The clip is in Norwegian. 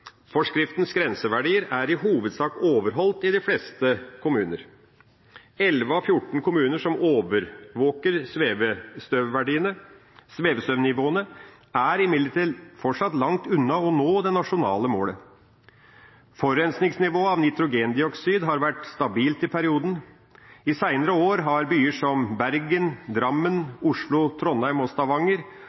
grenseverdier er i hovedsak overholdt i de fleste kommuner. 11 av 14 kommuner som overvåker svevestøvnivåene, er imidlertid fortsatt langt unna å nå det nasjonale målet. Forurensningsnivået av nitrogendioksid har vært stabilt i perioden. I seinere år har byer som Bergen, Drammen, Oslo, Trondheim og Stavanger